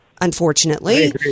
Unfortunately